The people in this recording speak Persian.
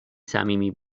صمیمی